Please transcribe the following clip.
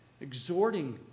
exhorting